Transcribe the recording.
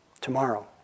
tomorrow